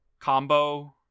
combo